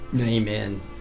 amen